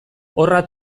horra